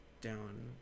down